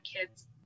kids